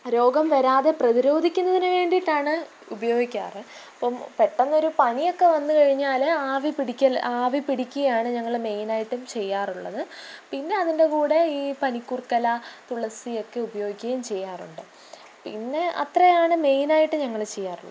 രോഗം വരാതെ പ്രതിരോധിക്കുന്നതിന് വേണ്ടിയിട്ടാണ് ഉപയോഗിക്കാറുള്ളത് അപ്പം പെട്ടെന്ന് ഒരു പനിയൊക്കെ വന്നു കഴിഞ്ഞാൽ ആവി പിടിക്കൽ ആവി പിടിക്കുകയാണ് ഞങ്ങൾ മെയിനായിട്ടും ചെയ്യാറുള്ളത് പിന്നെ അതിൻ്റെ കൂടെ ഈ പനിക്കൂർക്ക ഇല തുളസിയൊക്കെയും ഉപയോഗിക്കുകയും ചെയ്യാറുണ്ട് പിന്നെ അത്രയാണ് മെയിനായിട്ട് ഞങ്ങൾ ചെയ്യാറുള്ളത്